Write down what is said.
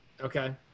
Okay